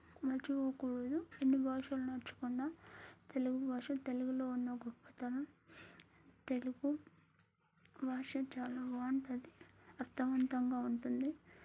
మర్చిపోకూడదు ఎన్ని భాషలు నేర్చుకున్నా తెలుగు భాష తెలుగులో ఉన్న గొప్పతనం తెలుగు భాష చాలా బాగుంటుంది అర్థవంతంగా ఉంటుంది